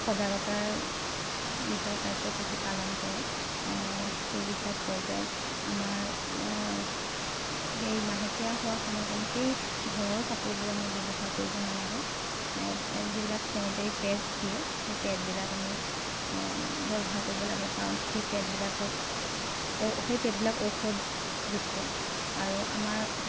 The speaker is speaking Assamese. সজাগতাৰ বিষয়ে কাৰ্যসূচী পালন কৰে সেই বিষয়ত কয় যে আমাৰ সেই মাহেকীয়া হোৱাৰ সময়ত আমি সেই ঘৰৰ কাপোৰবোৰ আমি ব্যৱহাৰ কৰিব নালাগে যিবিলাক চেনিটেৰি পেডছ দিয়ে সেই পেডবিলাক আমি ব্যৱহাৰ কৰিব লাগে কাৰণ সেই পেডবিলাকত সেই পেডবিলাক ঔষধযুক্ত আৰু আমাৰ